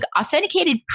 authenticated